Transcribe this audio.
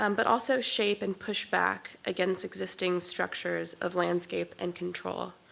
um but also shape and push back against existing structures of landscape and control.